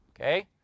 okay